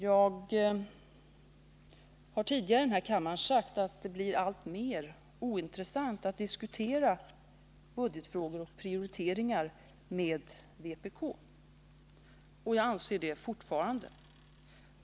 Jag har tidigare i denna kammare sagt att det blir alltmer ointressant att diskutera budgetfrågor och prioriteringar med vpk, och det anser jag fortfarande.